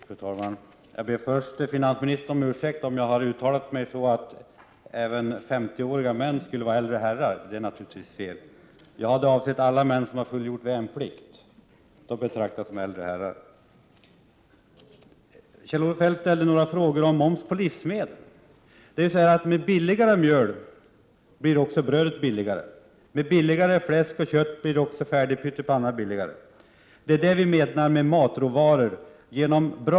Fru talman! Jag ber först finansministern om ursäkt om jag har uttalat mig som om även 50-åriga män skulle vara äldre herrar. Det är naturligtvis fel. Vad jag syftade på var att alla män som fullgjort värnplikt betraktas som äldre herrar. Kjell-Olof Feldt ställde frågor om moms på livsmedel. Med billigare mjöl får vi också billigare bröd, och med billigare fläsk och kött blir även färdig pytt-i-panna billigare. Det är det som vi syftar på med vår hänvisning till matråvaror.